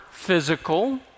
physical